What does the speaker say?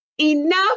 enough